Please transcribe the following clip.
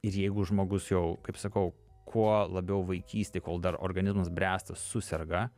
ir jeigu žmogus jau kaip sakau kuo labiau vaikystėj kol dar organizmas bręsta suserga